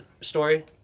story